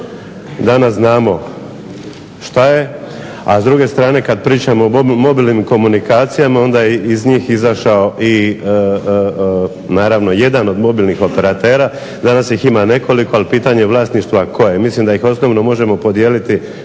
danas znamo što je. A s druge strane kada pričamo o mobilnim komunikacijama onda iz njih izašao i naravno jedan od mobilnih operatera, danas ih ima nekoliko ali pitanje vlasništva, mislim da ih osnovno možemo podijeliti